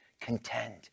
contend